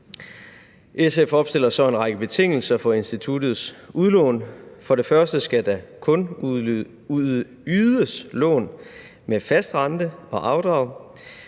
SF opstiller så en række betingelser for instituttets udlån. For det første skal der kun ydes lån med fast rente og afdrag.